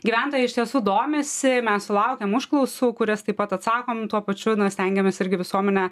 gyventojai iš tiesų domisi mes sulaukiam užklausų kurias taip pat atsakom tuo pačiu stengiamės irgi visuomenę